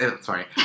Sorry